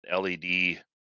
LED